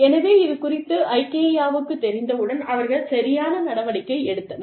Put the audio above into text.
எனவே இது குறித்து ஐகேயாவுக்குத் தெரிந்தவுடன் அவர்கள் சரியான நடவடிக்கை எடுத்தனர்